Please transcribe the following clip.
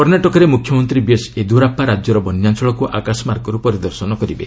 କର୍ଣ୍ଣାଟକରେ ମୁଖ୍ୟମନ୍ତ୍ରୀ ବିଏସ୍ୟେଦିୟୁରାପ୍ପା ରାଜ୍ୟର ବନ୍ୟାଞ୍ଚଳକୁ ଆକାଶମାର୍ଗରୁ ପରିଦର୍ଶନ କରିବେ